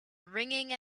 ringing